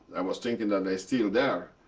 i was thinking that they're still there,